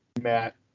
Matt